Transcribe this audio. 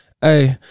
Hey